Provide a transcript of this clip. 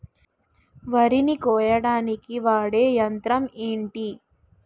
వరి ని కోయడానికి వాడే యంత్రం ఏంటి?